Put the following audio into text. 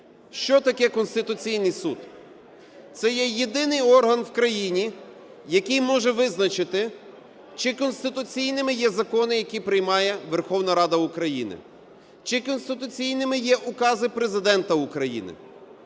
Що таке Конституційний Суд? Це є єдиний орган в країні, який може визначити, чи конституційними є закони, які приймає Верховна Рада України, чи конституційними є укази Президента України.